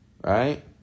Right